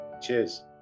Cheers